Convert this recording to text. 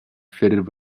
fitted